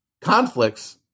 conflicts